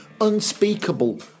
unspeakable